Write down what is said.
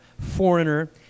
foreigner